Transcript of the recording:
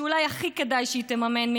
שאולי הכי כדאי שהיא תממן,